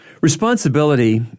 Responsibility